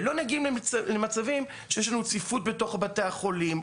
ולא מגיעים למצבים שיש לנו צפיפות בתוך בתי החולים,